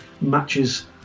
matches